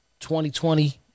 2020